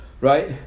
Right